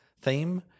theme